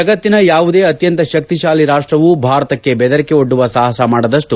ಜಗತ್ತಿನ ಯಾವುದೇ ಅತ್ಯಂತ ಶಕ್ತಿಶಾಲಿ ರಾಷ್ಟವೂ ಭಾರತಕ್ಕೆ ಬೆದರಿಕೆ ಒಡ್ಡುವ ಸಾಹಸ ಮಾಡದಷ್ಟು